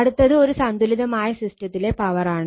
അടുത്തത് ഒരു സന്തുലിതമായ സിസ്റ്റത്തിലെ പവർ ആണ്